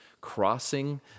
crossing